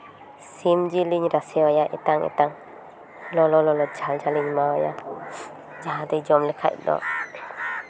ᱥᱤᱢ ᱡᱤᱞᱤᱧ ᱨᱟᱥᱮ ᱟᱭᱟ ᱮᱛᱟᱝ ᱮᱛᱟᱝ ᱞᱚᱞᱚ ᱞᱚᱞᱚ ᱡᱷᱟᱞ ᱡᱷᱟᱞ ᱤᱧ ᱮᱢᱟ ᱟᱭᱟ ᱡᱟᱦᱟᱸᱫᱚ ᱡᱚᱢ ᱞᱮᱠᱷᱟᱱ ᱫᱚ